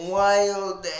wild